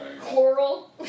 Coral